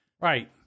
Right